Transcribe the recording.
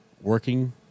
working